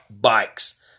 bikes